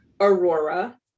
Aurora